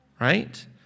right